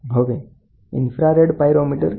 હવે infrared pyrometer જોઈએ